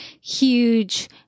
huge